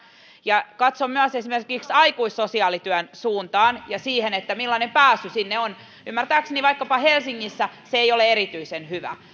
ja katson myös esimerkiksi aikuissosiaalityön suuntaan ja siihen millainen pääsy sinne on ymmärtääkseni vaikkapa helsingissä se ei ole erityisen hyvä